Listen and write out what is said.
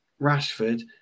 Rashford